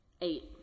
Eight